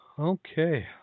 Okay